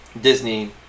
Disney